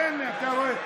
הינה, אתה רואה?